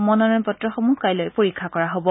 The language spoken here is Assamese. মনোনয়ন পত্ৰসমূহ কাইলৈ পৰীক্ষা কৰা হব